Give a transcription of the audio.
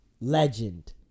Legend